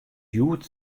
hjoed